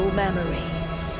memories